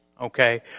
okay